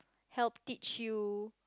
help teach you